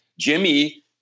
Jimmy